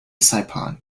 saipan